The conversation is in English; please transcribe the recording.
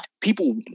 people